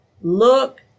look